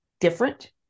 different